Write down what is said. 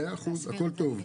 מאה אחוז, הכל טוב.